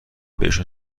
بهشون